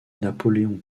napoléon